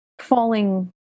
falling